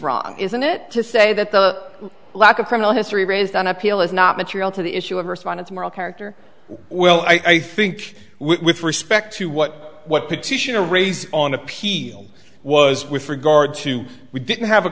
wrong isn't it to say that the lack of criminal history raised on appeal is not material to the issue of respondents moral character well i think with respect to what what petitioner raise on appeal was with regard to we didn't have a